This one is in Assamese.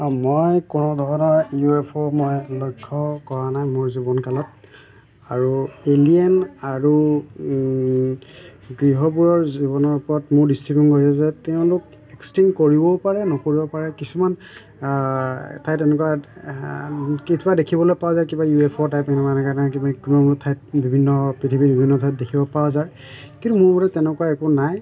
মই কোনো ধৰণৰ ইউ এফ অ' মই লক্ষ্য কৰা নাই মোৰ জীৱনকালত আৰু এলিয়েন আৰু গৃহবোৰৰ জীৱনৰ ওপৰত মোৰ দৃষ্টিভংগী হৈছে যে তেওঁলোক এক্সটিং কৰিবও পাৰে নকৰিব পাৰে কিছুমান ঠাইত তেনেকুৱা কেতিয়াবা দেখিবলৈ পোৱা যায় কিবা ইউ এফ অ' টাইপ এনেকুৱা এনেকৈ কিবাকিবি কোনো কোনো ঠাইত বিভিন্ন পৃথিৱীৰ বিভিন্ন ঠাইত দেখিব পোৱা যায় কিন্তু মোৰ মতে তেনেকুৱা একো নাই